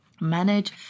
manage